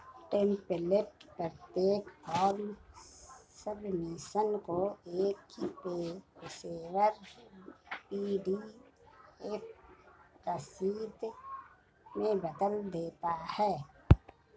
template प्रत्येक form submission को एक पेशेवर पी.डी.एफ रसीद में बदल देता है